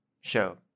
show